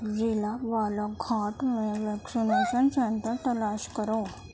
ضلعہ Balaghat میں vaccination centre تلاش کرو